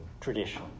tradition